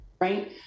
right